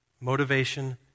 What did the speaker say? motivation